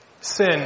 Sin